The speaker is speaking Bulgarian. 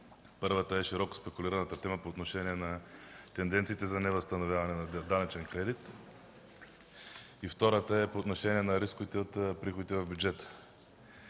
Първата е широко спекулираната тема по отношение тенденцията за невъзстановяване на данъчен кредит. Втората е по отношение рисковете от приходите в бюджета.